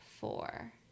four